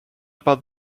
about